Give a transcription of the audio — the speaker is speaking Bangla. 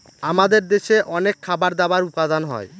আমাদের দেশে অনেক খাবার দাবার উপাদান হয়